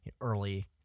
early